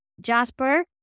Jasper